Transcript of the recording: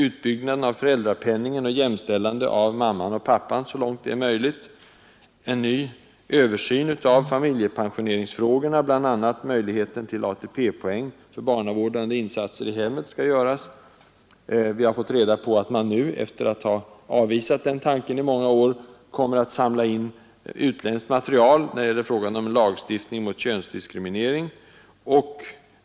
Utbyggnaden av föräldraförsäkringen och jämställande av mamman och pappan så långt detta är möjligt. 4. Vi har fått reda på att man nu, efter att i flera år ha avvisat tanken på lagstiftning mot könsdiskriminering, kommer att samla in utländskt material och erfarenheter. S.